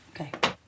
Okay